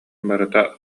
барыта